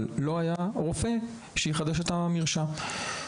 לא היה רופא שיחדש את המרשם.